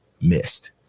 missed